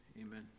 Amen